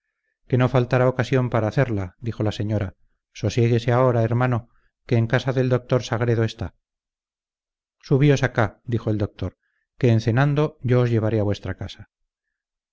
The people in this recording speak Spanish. que no faltará ocasión para hacerla dijo la señora sosiéguese ahora hermano que en casa del doctor sagredo está subíos acá dijo el doctor que en cenando yo os llevaré a vuestra casa